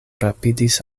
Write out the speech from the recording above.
rapidis